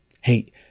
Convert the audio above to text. hey